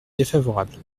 défavorable